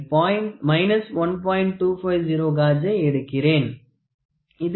250 காஜை எடுக்கிறேன்